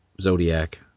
Zodiac